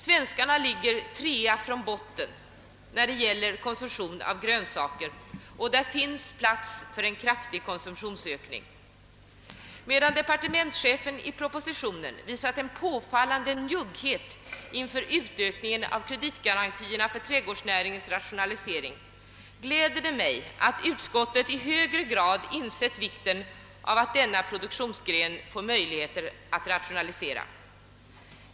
Svenskarna ligger trea från botten när det gäller konsumtion av grönsaker, och det finns utrymme för en kraftig konsumtionsökning. Medan departementschefen i propositionen har visat en påfallande njugghet inför utökningen av kreditgarantiramarna för trädgårdsnäringens rationalisering, gläder det mig att utskottet i högre grad har insett vikten av att denna produktionsgren får möjligheter att rationalisera.